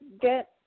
get